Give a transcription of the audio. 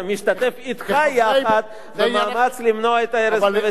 משתתף אתך יחד במאמץ למנוע את ההרס בבית-אל.